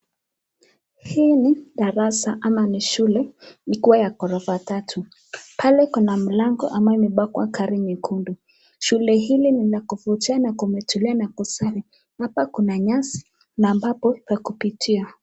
Hii ni darasa ama ni shule ikiwa ya ghorofa tatu pale kuna mlango ambayo imepakwa rangi nyekundu. Shule hii ni ya kuvutia na kumetulia na kusafi hapa kuna nyasi na ambapo pa kupitia.